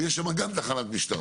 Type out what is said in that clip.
ויש שם גם תחנת משטרה.